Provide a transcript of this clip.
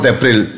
April